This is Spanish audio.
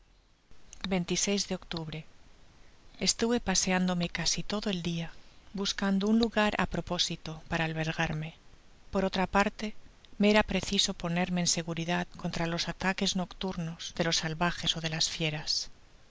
de octubre estuve paseándome casi todo el dia buscando un lugar á propósito para albergarme por otra parte me era preciso ponerme en seguridad contra los ataques nocturnos delos salvajes ó de las fieras